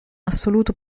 assoluto